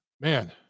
Man